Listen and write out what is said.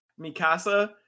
Mikasa